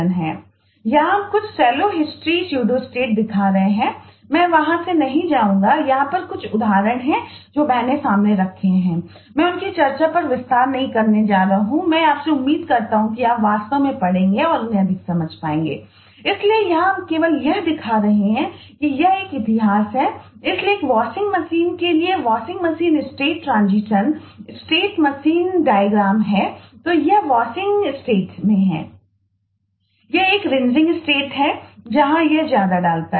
यहाँ हम कुछ शैलो हिस्ट्री स्यूडोस्टेट है जहां यह ज्यादा डालता है